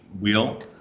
wheel